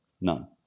none